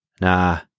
Nah